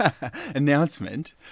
announcement